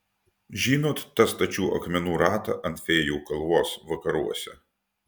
žinot tą stačių akmenų ratą ant fėjų kalvos vakaruose